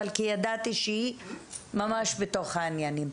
כי ידעתי שהיא ממש בתוך העניינים.